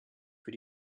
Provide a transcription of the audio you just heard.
für